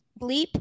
bleep